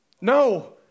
No